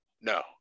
No